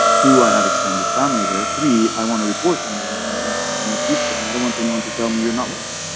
two, i have extended family there. three, i wanna report anywhere in the middle east in the near future and i don't want anyone to tell me, you're not welcome.